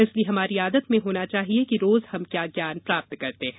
इसलिये हमारी आदत में होना चाहिये की रोज हम क्या ज्ञान प्राप्त करते हैं